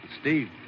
Steve